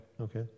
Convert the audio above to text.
Okay